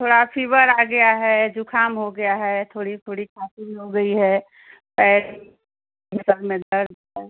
थोड़ा फ़ीवर आ गया है जुखाम हो गया है थोड़ी थोड़ी खाँसी भी हो गई है पैर में सर में दर्द है